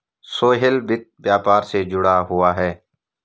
सोहेल वित्त व्यापार से जुड़ा हुआ है